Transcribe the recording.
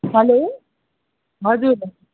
hello हजुर